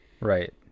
Right